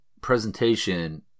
presentation